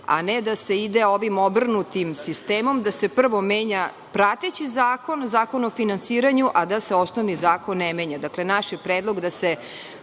a ne da se ide ovim obrnutim sistemom, da se prvo menja prateći zakon, Zakon o finansiranju, a da se osnovni zakon ne menja. Dakle, naš je predlog da se